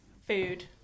food